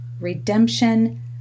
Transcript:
Redemption